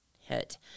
hit